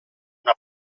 una